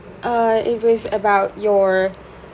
uh if it's about your